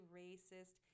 racist